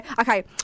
Okay